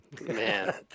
Man